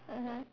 mmhmm